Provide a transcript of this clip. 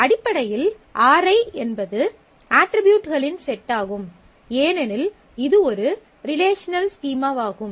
அடிப்படையில் Ri என்பது அட்ரிபியூட்களின் செட்டாகும் ஏனெனில் இது ஒரு ரிலேஷனல் ஸ்கீமாவாகும்